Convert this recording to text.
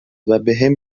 وبهم